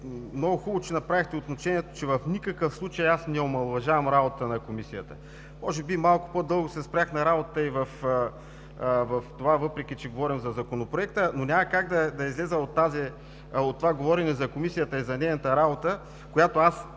Много хубаво, че направихте уточнението, че в никакъв случай не омаловажавам работата на Комисията. Може би малко по-дълго се спрях на работата й, въпреки че говорим за Законопроекта. Няма как обаче да изляза от това говорене за Комисията и за нейната работа, която,